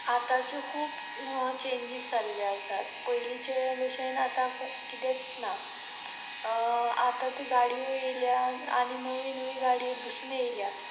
आतांच्यो खूब चेंजीस जाल्ल्यो आसात पयलींचे भशेन आतां किदेंच ना आतां त्यो गाडयो येयल्या आनी नवी नवी गाडी बसून येयल्या